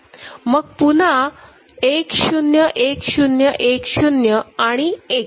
मग पुन्हा 1 0 1 0 1 0 आणि 1